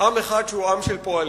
עם אחד, שהוא עם של פועלים,